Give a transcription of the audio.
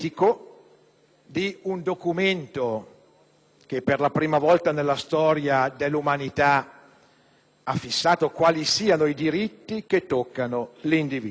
di un documento che per la prima volta nella storia dell'umanità ha fissato quali siano i diritti che toccano l'individuo.